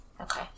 Okay